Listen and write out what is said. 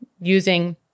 using